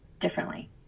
differently